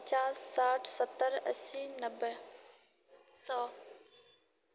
पचास साठ सत्तर अस्सी नबे सए